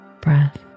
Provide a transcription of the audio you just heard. breath